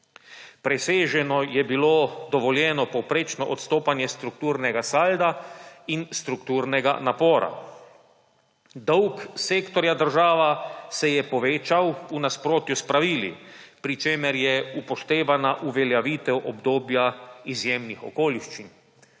Preseženo je bilo dovoljeno povprečno odstopanje strukturnega salda in strukturnega napora. Dolg sektorja država se je povečal v nasprotju s pravili, pri čemer je upoštevana uveljavitev obdobja izjemnih okoliščin.